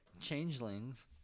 changelings